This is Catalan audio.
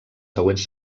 següents